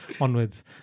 onwards